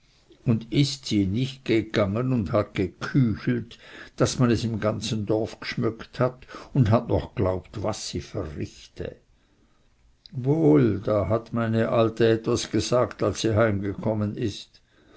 und ist sie nicht gegangen und hat geküchelt daß man es im ganzen dorf gschmöckt hat und hat noch geglaubt was sie verrichte wohl da hat meine alte etwas gesagt als sie heimgekommen ist